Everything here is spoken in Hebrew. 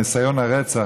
ניסיון הרצח,